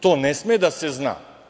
To ne sme da se zna.